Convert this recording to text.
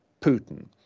Putin